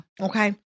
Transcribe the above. Okay